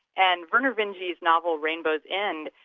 and vernor vinge's novel rainbow's end,